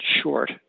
short